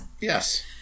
Yes